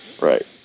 Right